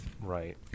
right